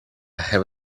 have